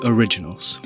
Originals